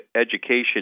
education